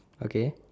okay